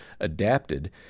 adapted